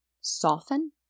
soften